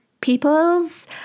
people's